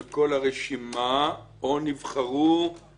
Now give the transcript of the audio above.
כלומר את חוק העונשין הצבאי לצורך העניין,